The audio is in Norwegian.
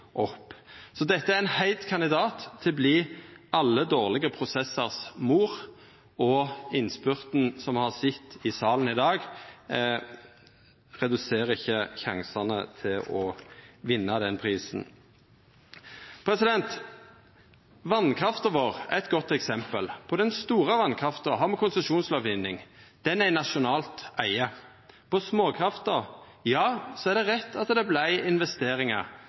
opp. Dette er ein heit kandidat til å verta alle dårlege prosessars mor, og innspurten som me har sett i salen i dag, reduserer ikkje sjansane til å vinna den prisen. Vasskrafta vår er eit godt eksempel. På den store vasskrafta har me konsesjonslovgjeving – ho er i nasjonalt eige. Når det gjeld småkrafta, er det rett at det vart investeringar